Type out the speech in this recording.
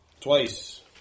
Twice